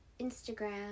Instagram